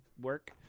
work